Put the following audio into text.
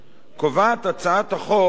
חופש בחירה לבני-הזוג